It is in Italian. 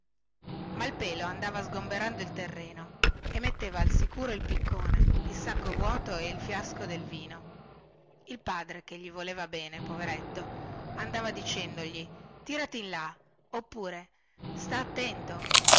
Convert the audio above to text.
anchesso malpelo andava sgomberando il terreno e metteva al sicuro il piccone il sacco vuoto ed il fiasco del vino il padre che gli voleva bene poveretto andava dicendogli tirati indietro oppure sta attento